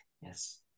yes